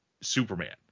superman